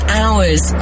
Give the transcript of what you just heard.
hours